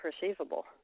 perceivable